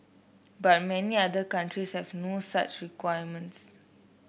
but many other countries have no such requirements